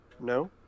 No